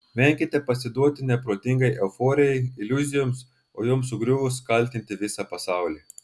venkite pasiduoti neprotingai euforijai iliuzijoms o joms sugriuvus kaltinti visą pasaulį